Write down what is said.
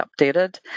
updated